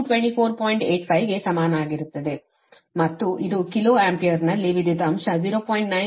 85 ಗೆ ಸಮಾನವಾಗಿರುತ್ತದೆ ಮತ್ತು ಇದು ಕಿಲೋ ಆಂಪಿಯರ್ನಲ್ಲಿ ವಿದ್ಯುತ್ ಅಂಶ 0